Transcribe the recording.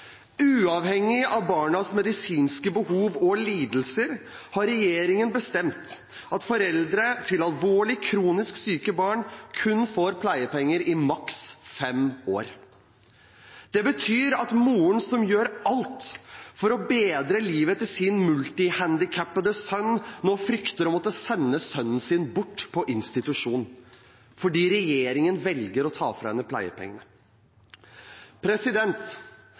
Uavhengig av barnas medisinske behov og lidelser har regjeringen bestemt at foreldre til alvorlig, kronisk syke barn kun får pleiepenger i maks fem år. Det betyr at moren som gjør alt for å bedre livet til sin multihandikappede sønn, nå frykter å måtte sende sønnen sin bort på institusjon fordi regjeringen velger å ta fra henne pleiepengene.